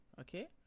okay